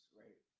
right